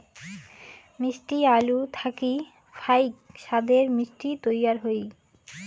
মিষ্টি আলু থাকি ফাইক সাদের মিষ্টি তৈয়ার হই